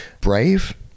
Brave